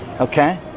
Okay